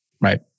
right